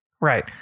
Right